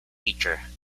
teacher